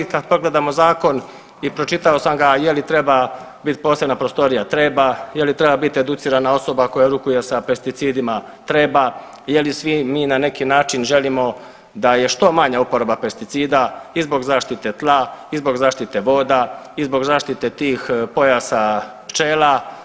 Kad pogledamo zakon i pročitao sam ga je li treba bit posebna prostorija, treba, je li treba biti educirana osoba koja rukuje sa pesticidima, treba, je li svi mi na neki način želimo da je što manja uporaba pesticida i zbog zašite tla i zbog zaštite voda i zbog zaštite tih pojasa pčela.